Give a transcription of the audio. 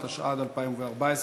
התשע"ד 2014,